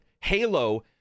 Halo